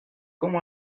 como